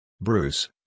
Bruce